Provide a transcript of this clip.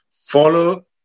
Follow